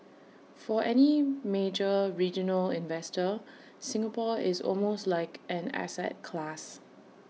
for any major regional investor Singapore is almost like an asset class